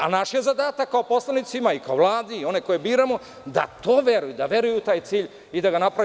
Ali, naš je zadatak kao poslanika i kao Vladi, i one koje biramo, da to veruju, da veruju u taj cilj i da ga naprave.